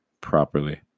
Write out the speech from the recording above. properly